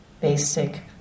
basic